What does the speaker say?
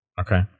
Okay